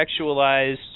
sexualized